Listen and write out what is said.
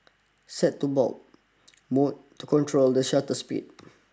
set to bulb mode to control the shutter speed